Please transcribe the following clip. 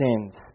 sins